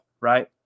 Right